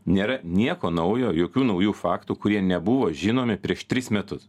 nėra nieko naujo jokių naujų faktų kurie nebuvo žinomi prieš tris metus